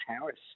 Harris